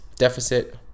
Deficit